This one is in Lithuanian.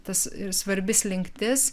tas ir svarbi slinktis